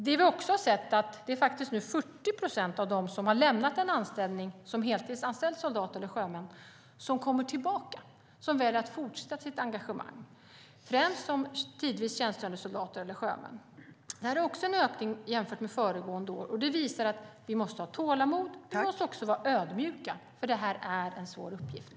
Vi har också sett att det nu faktiskt är 40 procent av dem som har lämnat en anställning som heltidsanställd soldat eller sjöman som kommer tillbaka och väljer att fortsätta sitt engagemang, främst som tidvis tjänstgörande soldat eller sjöman. Det här är också en ökning jämfört med föregående år, och det visar att vi måste ha tålamod och vara ödmjuka, för det här är en svår uppgift.